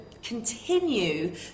continue